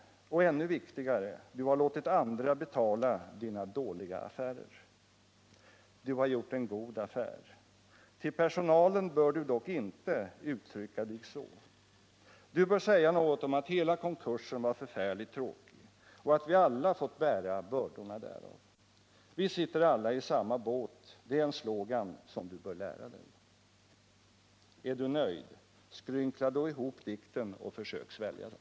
Och ännu viktigare du har låtit andra dåliga affärer. Du har gjort en god affär. Till personalen bör du dock inte uttrycka dig så. Du bör säga något om att hela konkursen var förfärligt tråkig, och att vi alla fått bära bördorna därav. Vi sitter alla i samma båt, det är en slogan som du bör lära dig. —- Är du nöjd? Skrynkla då ihop dikten och försök svälja den.”